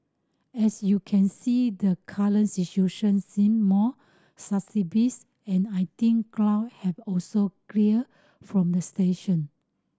as you can see the current situation seem more stabilised and I think claw have also clear from the station